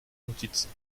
notizen